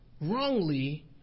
wrongly